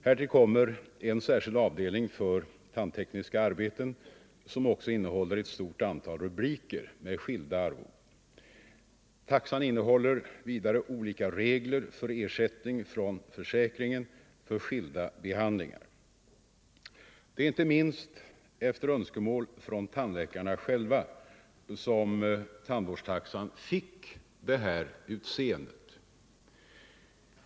Härtill kommer en särskild — för tandläkare, avdelning för tandteknikerarbeten som också innehåller ett stort antal — m.m. rubriker med skilda arvoden. Taxan innehåller vidare olika regler för ersättning från försäkringen för skilda behandlingar. Det är inte minst efter önskemål från tandläkarna själva som tandvårdstaxan fick det här utseendet.